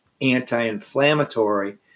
anti-inflammatory